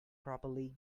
properly